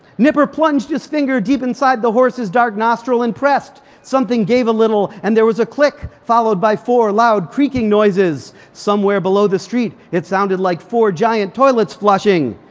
nipper plunged his finger deep inside the horse's dark nostril and pressed. something gave a little, and there was a click, followed by four, loud creaking noises. somewhere below the street, it sounded like four giant toilets flushing.